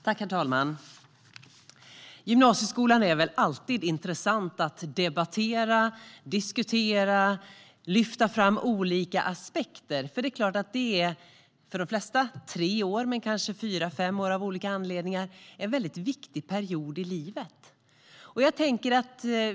Herr talman! Gymnasieskolan är alltid intressant att debattera, diskutera och lyfta fram olika aspekter på. För de flesta av oss handlar det om tre år, men för en del kan det vara fyra eller fem år av olika anledningar. Det är en väldigt viktig period i livet.